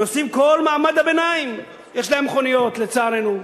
נוסעים כל מעמד הביניים, יש להם מכוניות, לצערנו.